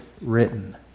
written